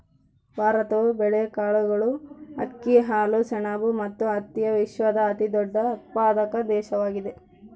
ಭಾರತವು ಬೇಳೆಕಾಳುಗಳು, ಅಕ್ಕಿ, ಹಾಲು, ಸೆಣಬು ಮತ್ತು ಹತ್ತಿಯ ವಿಶ್ವದ ಅತಿದೊಡ್ಡ ಉತ್ಪಾದಕ ದೇಶವಾಗಿದೆ